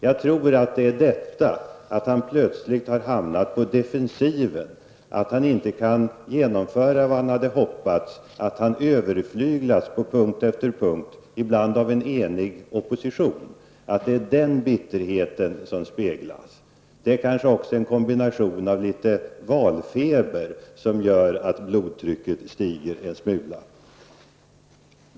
Jag tror att det är detta, att han plötsligt har hamnat på defensiven, att han inte kan genomföra vad han hade hoppats, att han överflyglats på punkt efter punkt, ibland av en enig opposition, som har förorsakat den bitterhet som speglas i hans anförande. Kanske är det detta i kombination med valfeber som gör att blodtrycket stiger en smula.